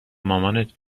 مامانت